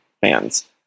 fans